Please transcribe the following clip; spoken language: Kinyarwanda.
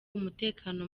umutekano